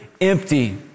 empty